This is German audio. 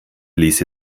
ließ